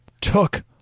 took